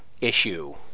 issue